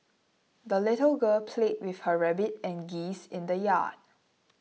the little girl played with her rabbit and geese in the yard